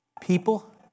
people